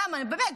למה, באמת,